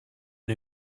and